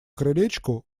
крылечку